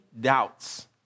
doubts